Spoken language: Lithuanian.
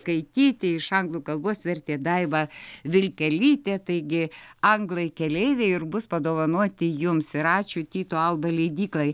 skaityti iš anglų kalbos vertė daiva vilkelytė taigi anglai keleiviai ir bus padovanoti jums ir ačiū tyto alba leidyklai